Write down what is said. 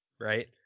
Right